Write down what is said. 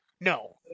No